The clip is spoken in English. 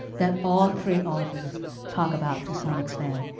that all three authors talk about to some extent.